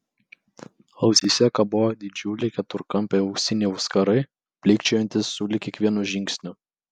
ausyse kabojo didžiuliai keturkampiai auksiniai auskarai blykčiojantys sulig kiekvienu žingsniu